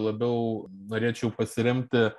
labiau norėčiau pasiremti